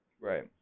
Right